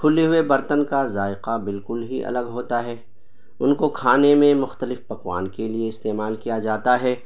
کھلے ہوئے برتن کا ذائقہ بالکل ہی الگ ہوتا ہے ان کو کھانے میں مختلف پکوان کے لیے استعمال کیا جاتا ہے